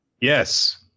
Yes